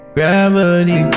Gravity